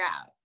out